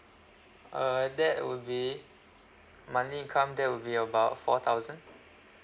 uh that will be monthly income that will be about four thousand